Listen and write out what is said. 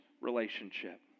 relationship